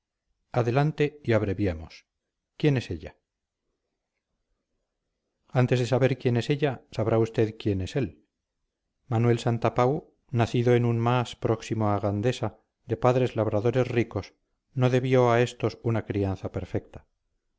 adelante y abreviemos quién es ella antes de saber quién es ella sabrá usted quién es él manuel santapau nacido en un mas próximo a gandesa de padres labradores ricos no debió a estos una crianza perfecta